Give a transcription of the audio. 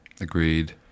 agreed